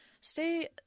Stay